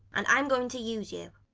and i'm going to use you.